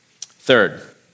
Third